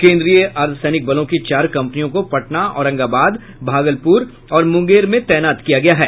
केन्द्रीय अर्द्व सैनिक बलों की चार कम्पनियों को पटना औरंगाबाद भागलपुर और मुंगेर में तैनात किया गया है